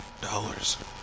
dollars